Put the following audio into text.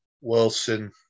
Wilson